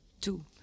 two